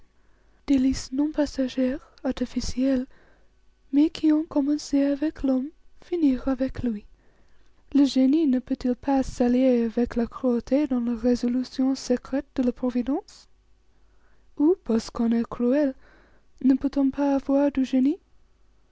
délices non passagères artificielles mais qui ont commencé avec l'homme finiront avec lui le génie ne peut-il pas s'allier avec la cruauté dans les résolutions secrètes de la providence ou parce qu'on est cruel ne peut-on pas avoir du génie